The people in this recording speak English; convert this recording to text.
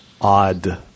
odd